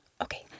Okay